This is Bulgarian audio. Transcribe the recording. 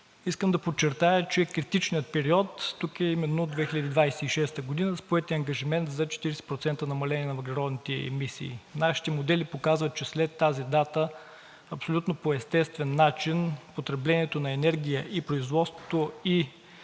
Искам да подчертая, че критичният период тук е именно 2026 г. с поетия ангажимент за 40% намаление на въглеродните емисии. Нашите модели показват, че след тази дата абсолютно по естествен начин потреблението на енергия, производството